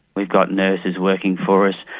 we've got nurses working for us.